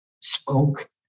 spoke